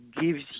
gives